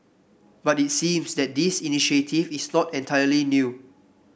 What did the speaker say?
but it seems that this initiative is not entirely new